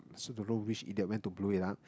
also don't know which idiot went to blew it up